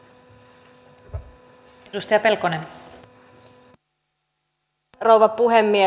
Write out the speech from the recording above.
arvoisa rouva puhemies